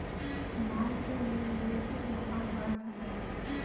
माल के लेन देन से व्यापार बढ़त हवे